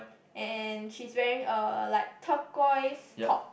and she's wearing a like turquoise top